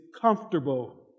comfortable